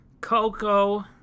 Coco